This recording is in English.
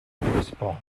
baseball